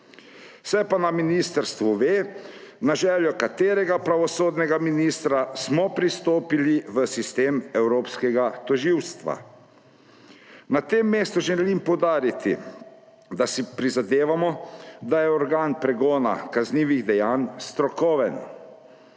Se pa na ministrstvu ve, na željo katerega pravosodnega ministra smo pristopili v sistem evropskega tožilstva. Na tem mestu želim poudariti, da si prizadevamo, da je organ pregona kaznivih dejanj strokoven.